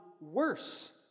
worse